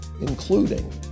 including